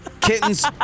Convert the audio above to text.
Kittens